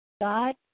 God